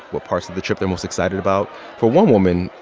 what parts of the trip they're most excited about for one woman,